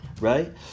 right